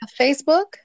Facebook